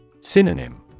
Synonym